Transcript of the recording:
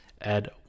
add